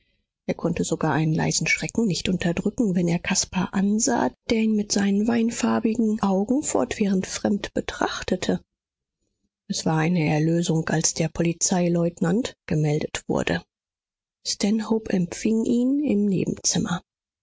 er konnte sogar einen leisen schrecken nicht unterdrücken wenn er caspar ansah der ihn mit seinen weinfarbigen augen fortwährend fremd betrachtete es war eine erlösung als der polizeileutnant gemeldet wurde stanhope empfing ihn im nebenzimmer